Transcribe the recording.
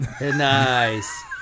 Nice